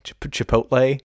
Chipotle